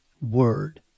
Word